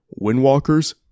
windwalkers